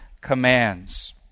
commands